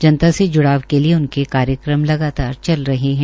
जनता से ज्ड़ाव के लिए उनके कार्यक्रम लगातार चल रहे हैं